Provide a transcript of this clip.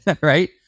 right